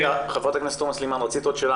חברת הכנסת תומא סלימאן, רצית עוד שאלה.